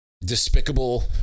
despicable